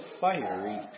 fiery